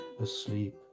asleep